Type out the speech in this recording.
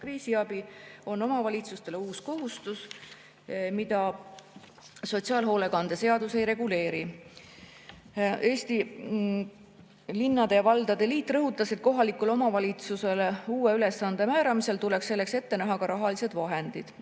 kriisiabi on omavalitsustele uus kohustus, mida sotsiaalhoolekande seadus ei reguleeri. Eesti Linnade ja Valdade Liit rõhutas, et kohalikule omavalitsusele uue ülesande määramisel tuleks selleks ette näha ka rahalised vahendid.